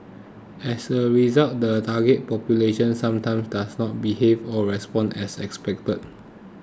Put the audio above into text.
as a result the targeted population sometimes does not behave or respond as expected